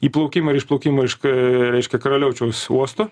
įplaukimo ir išplaukimo iš k reiškia karaliaučiaus uosto